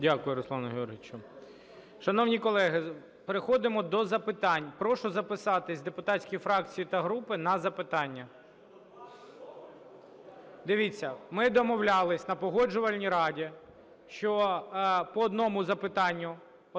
Дякую, Руслане Георгійовичу. Шановні колеги, переходимо до запитань. Прошу записатись депутатським фракціям та групам на запитання. Дивіться, ми домовлялись на Погоджувальній раді, що по одному запитанню.